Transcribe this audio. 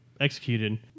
executed